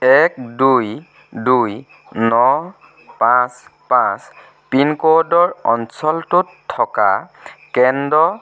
এক দুই দুই ন পাঁচ পাঁচ পিন ক'ডৰ অঞ্চলটোত থকা কেন্দ্ৰৰ